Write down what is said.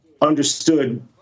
understood